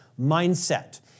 mindset